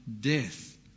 death